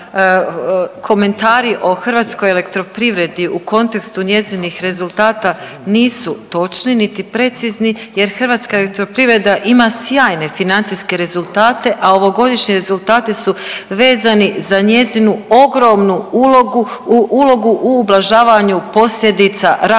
komentari o HEP-u u kontekstu njezinih rezultata nisu točni niti precizni jer HEP ima sjajne financijske rezultate, a ovogodišnji rezultati su vezani za njezinu ogromnu ulogu u ublažavanju posljedica rasta